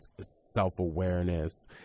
self-awareness